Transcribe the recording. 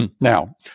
Now